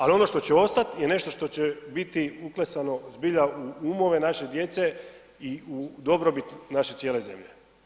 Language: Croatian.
Ali ono što će ostat je nešto što će biti uklesano zbilja u umove naše djece i u dobrobit naše cijele zemlje.